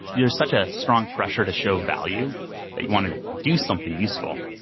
you know such a strong pressure to show value that you wanted do something useful.